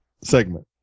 segment